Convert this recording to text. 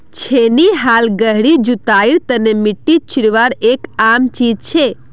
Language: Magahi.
छेनी हाल गहरी जुताईर तने मिट्टी चीरवार एक आम चीज छे